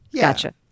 gotcha